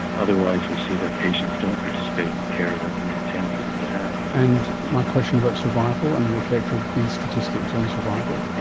otherwise we see that patients don't participate in the care that we intend for them to have. and my question about survival and the effect of these statistics on survival?